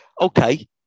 Okay